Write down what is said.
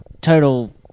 total